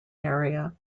area